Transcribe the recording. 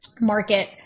market